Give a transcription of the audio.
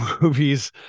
movies